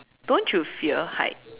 don't you fear height